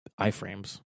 iframes